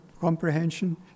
comprehension